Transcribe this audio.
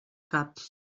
cap